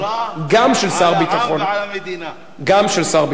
גם של שר ביטחון, גם של שר ביטחון.